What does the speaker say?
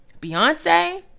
Beyonce